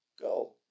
go